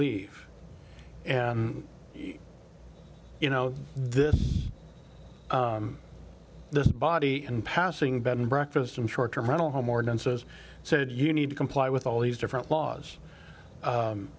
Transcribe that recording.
leave and you know this this body and passing bed and breakfast and short term rental home or none says said you need to comply with all these different laws